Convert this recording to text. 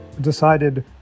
decided